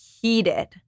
heated